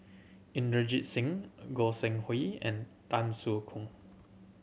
Inderjit Singh Goi Seng Hui and Tan Soo Khoon